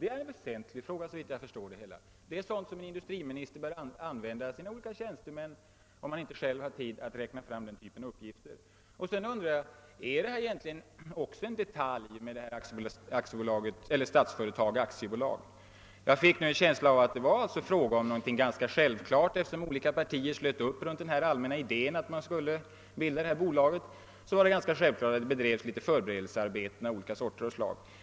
Det är en sådan väsentlig fråga som industriministern bör använda sina olika tjänstemän till, om han inte själv har tid att räkna fram den typen av uppgifter. Jag undrar också om Statsföretag AB och sättet för dess bildande verkligen är en detalj. Jag fick en känsla av att det, eftersom olika partier slöt upp kring den allmänna idén att detta bolag skulle bildas, var ganska självklart att det bedrevs vissa förberedelsearbeten av skilda slag.